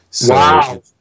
Wow